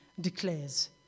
declares